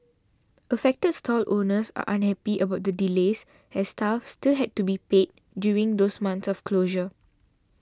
affected stall owners are unhappy about the delays as staff still had to be paid during those months of closure